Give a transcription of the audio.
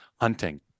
hunting